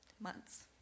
months